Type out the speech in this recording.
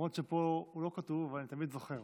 למרות שפה הוא לא כתוב, אבל אני תמיד זוכר.